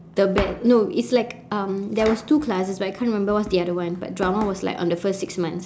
the bet~ no it's like um there was two classes but I can't remember what's the other one but drama was like on the first six months